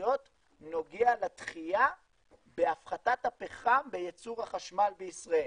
בתחזיות נוגע לדחייה בהפחתת הפחם בייצור החשמל בישראל.